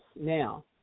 Now